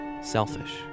selfish